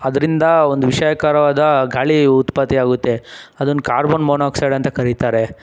ಅದರಿಂದ ಒಂದು ವಿಷಕರವಾದ ಗಾಳಿ ಉತ್ಪತ್ತಿಯಾಗುತ್ತೆ ಅದನ್ನ ಕಾರ್ಬನ್ ಮೊನೊಕ್ಸೈಡ್ ಅಂತ ಕರೀತಾರೆ